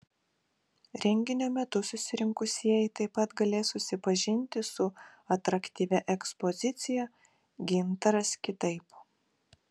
renginio metu susirinkusieji taip pat galės susipažinti su atraktyvia ekspozicija gintaras kitaip